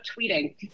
tweeting